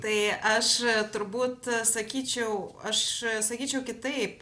tai aš turbūt sakyčiau aš sakyčiau kitaip